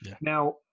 Now